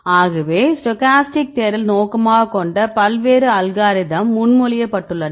ஆகவே ஸ்டோக்காஸ்டிக் தேடல் நோக்கமாகக் கொண்ட பல்வேறு அல்காரிதம் முன்மொழியப்பட்டுள்ளன